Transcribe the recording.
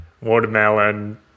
watermelon